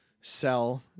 sell